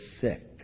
sick